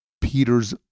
Peter's